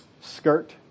skirt